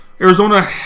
Arizona